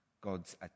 God's